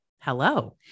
Hello